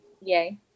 yay